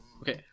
Okay